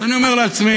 אז אני אומר לעצמי: